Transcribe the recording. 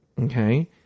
okay